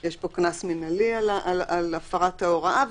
יש פה קנס מינהלי על הפרת ההוראה.